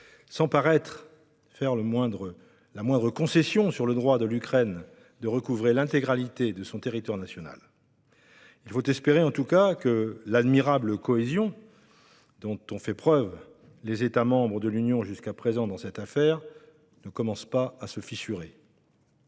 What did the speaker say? sans paraître toutefois faire la moindre concession sur le droit de l'Ukraine à recouvrer l'intégralité de son territoire national. Il faut espérer, en tout cas, que l'admirable cohésion dont ont fait preuve les États membres de l'Union jusqu'à présent ne commencera pas à se fissurer.